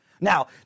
Now